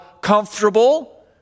comfortable